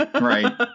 right